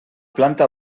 planta